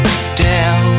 down